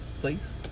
please